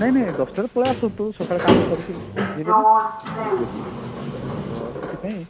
ନାଇଁ ନାଇଁ ଦଶଟାରେ ପଳେଇ ଆସନ୍ତୁ ସକାଳେ କାମ ସାରିକି ବୁଝିଲେନା ବୁଝିଲେ କି ନାହଁ ସେଥିପାଇଁ